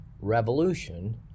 revolution